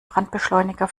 brandbeschleuniger